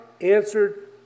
answered